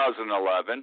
2011